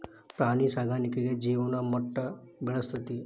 ಪ್ರಾಣಿ ಸಾಕಾಣಿಕೆ ಜೇವನ ಮಟ್ಟಾ ಬೆಳಸ್ತತಿ